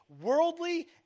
worldly